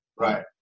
right